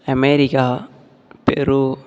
America Peru